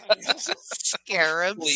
scarabs